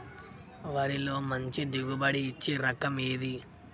వరిలో మంచి దిగుబడి ఇచ్చే రకం ఏది?